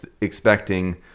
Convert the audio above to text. expecting